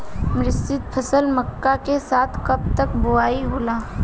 मिश्रित फसल मक्का के साथ कब तक बुआई होला?